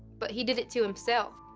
but he did it to himself.